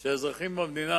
שהאזרחים במדינה